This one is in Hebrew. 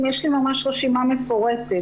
יש לי ממש רשימה מפורטת.